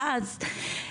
ואז,